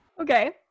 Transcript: Okay